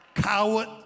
coward